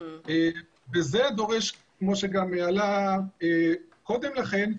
כפי שעלה קודם לכן,